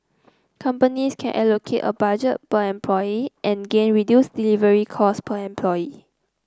companies can allocate a budget by employee and gain reduced delivery cost per employee